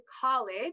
college